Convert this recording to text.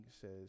says